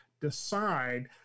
decide